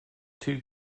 two